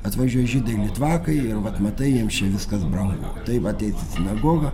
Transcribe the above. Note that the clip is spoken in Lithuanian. atvažiuoja žydai litvakai ir vat matai jiems čia viskas brangu tai vat eis į sinagogą